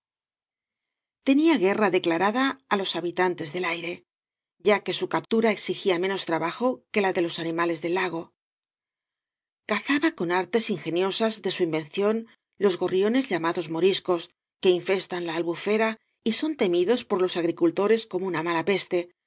tenía guerra declarada á los habitantes del aire ya que su captura exigía menos trabajo que la de los animales del lago cazaba con artes inge niosas de su invención los gorriones llamados moriscos que infestan la albufera y son temidos por los agricultores como una mala peste